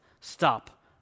stop